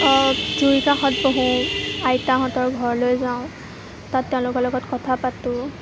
জুই কাষত বহোঁ আইতাহঁতৰ ঘৰলৈ যাওঁ তাত তেওঁলোকৰ লগত কথা পাতোঁ